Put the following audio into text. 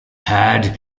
had